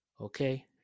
Okay